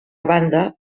banda